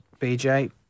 BJ